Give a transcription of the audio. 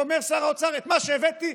ואומר שר האוצר: מה שהבאתי,